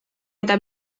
eta